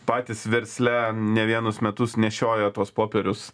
patys versle ne vienus metus nešiojo tuos popierius